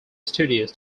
studios